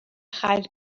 chael